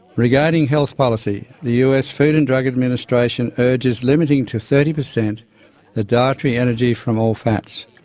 regarding health policy, the us food and drug administration urges limiting to thirty percent the dietary energy from all fats,